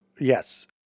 Yes